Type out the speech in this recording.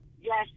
Yes